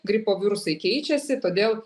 gripo virusai keičiasi todėl